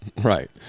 Right